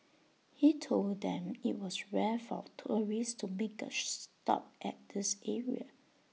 he told them IT was rare for tourists to make A stop at this area